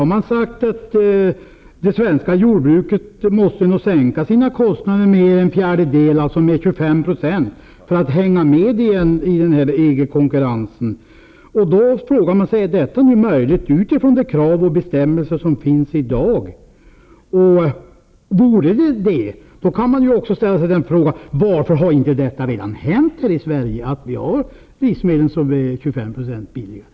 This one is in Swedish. Det har sagts att det svenska jordbruket måste sänka sina kost nader med en fjärdedel, alltså 25 %, för att hänga med i EG-konkurrensen. Man kan fråga sig om detta är möjligt med de krav och bestämmelser som finns i dag. Om det vore möjligt kan man ställa sig frågan varför detta inte redan har hänt, varför vi inte i Sverige har livsmedel som är 25 % billigare.